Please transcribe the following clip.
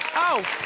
oh,